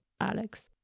Alex